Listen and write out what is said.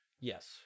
yes